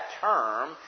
term